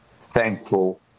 thankful